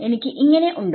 എനിക്ക് ഉണ്ടോ